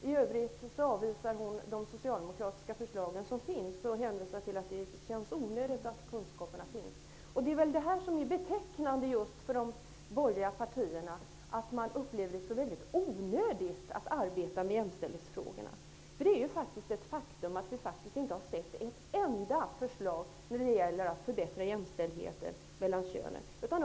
I övrigt avvisar hon de socialdemokratiska förslag som finns och hänvisar till att det är onödigt att kunskaper finns. Kännetecknande för de borgerliga partierna är väl just att man upplever det som helt onödigt att arbeta med jämställdhetsfrågorna. Faktum är att vi inte sett ett enda förslag till förbättrad jämställdhet mellan könen.